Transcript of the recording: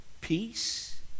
peace